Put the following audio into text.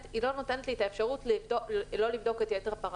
היא לא נותנת לי את האפשרות לא לבדוק את כל יתר הפרמטרים.